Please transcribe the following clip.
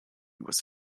was